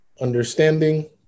understanding